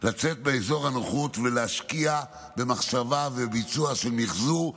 לצאת מאזור הנוחות ולהשקיע במחשבה ובביצוע של מחזור,